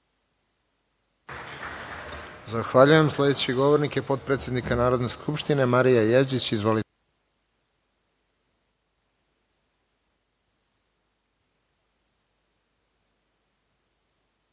Zahvaljujem. Sledeći govornik je potpredsednik Narodne skupštine Marija Jevđić. Izvolite.